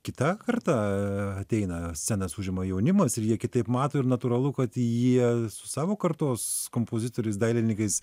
kita karta aa ateina scenas užima jaunimas ir jie kitaip mato ir natūralu kad jie su savo kartos kompozitoriais dailininkais